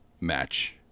match